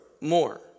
more